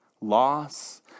loss